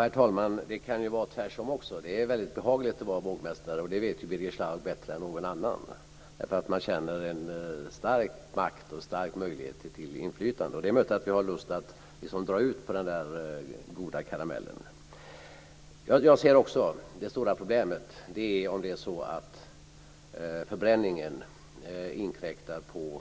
Herr talman! Det kan ju vara tvärtom också. Det är väldigt behagligt att vara vågmästare, det vet ju Birger Schlaug bättre än någon annan. Man känner en stark makt och en stor möjlighet till inflytande. Det är möjligt att vi har lust att suga på den goda karamellen. Jag ser också det stora problemet med om förbränningen inkräktar på